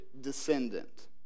descendant